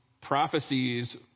prophecies